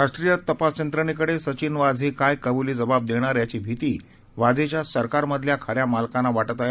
राष्ट्रीय तपास यंत्रणेकडे सचिन वाझे काय कबूली जबाब देणार याची भिती वाजेच्या सरकारमधल्या खऱ्या मालकानां वाटत आहे